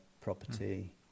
property